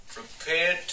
Prepare